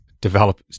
develop